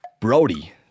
Brody